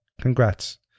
congrats